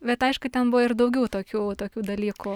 tad bet aišku ten buvo ir daugiau tokių tokių dalykų